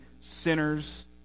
sinners